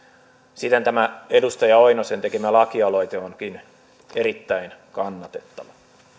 siten tämä edustaja oinosen tekemä lakialoite onkin erittäin kannatettava